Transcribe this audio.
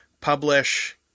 publish